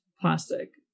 plastic